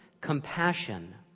compassion